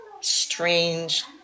strange